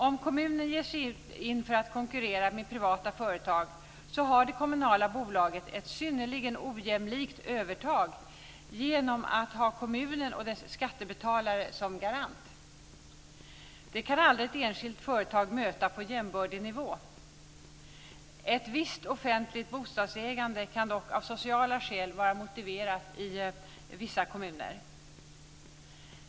Om kommunen ger sig in för att konkurrera med privata företag har det kommunala bolaget ett synnerligen ojämlikt övertag genom att det har kommunen och dess skattebetalare som garant. Det kan aldrig ett enskilt företag möta på jämbördig nivå. Ett visst offentligt bostadsägande kan dock av sociala skäl vara motiverat i vissa kommuner.